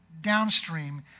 downstream